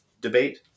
debate